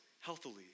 healthily